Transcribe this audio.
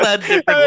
different